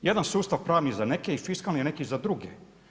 Jedan sustav pravni za neke i fiskalni neki za druge.